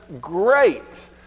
great